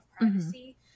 privacy